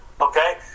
Okay